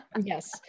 Yes